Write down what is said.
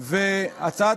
סעיף